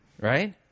right